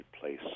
place